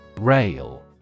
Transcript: Rail